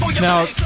Now